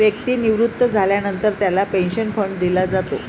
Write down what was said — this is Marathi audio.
व्यक्ती निवृत्त झाल्यानंतर त्याला पेन्शन फंड दिला जातो